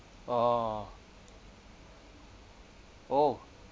ah oh